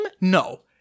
no